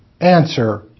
Answer